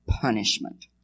punishment